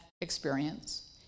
experience